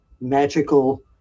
magical